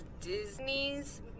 Disney's